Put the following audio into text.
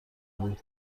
بود